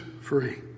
free